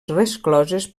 rescloses